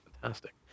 fantastic